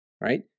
right